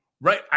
Right